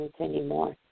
anymore